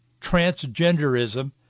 transgenderism